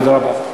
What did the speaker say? תודה רבה.